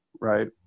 right